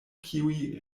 kiuj